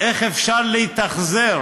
איך אפשר להתאכזר